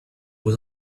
was